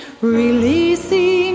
Releasing